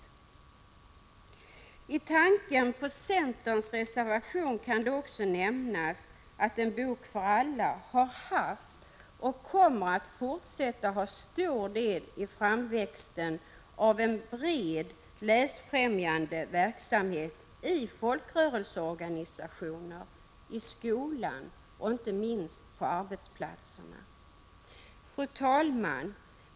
Med tanke på centerns reservation kan det också nämnas att ”En bok för alla” har haft och kommer att fortsätta att ha stor del i framväxten av en bred läsfrämjande verksamhet i folkrörelseorganisationer, i skolan och inte minst på arbetsplatserna. Fru talman!